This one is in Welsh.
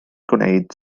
gwneud